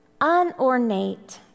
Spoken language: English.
unornate